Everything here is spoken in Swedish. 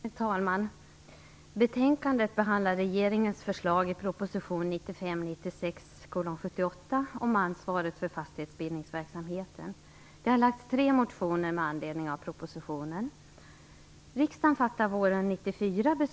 Herr talman! Betänkandet behandlar regeringens förslag i proposition 1995/96:78 om ansvaret för fastighetsbildningsverksamheten. Det har lagts tre motioner med anledning av propositionen.